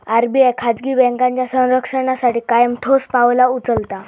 RBI खाजगी बँकांच्या संरक्षणासाठी कायम ठोस पावला उचलता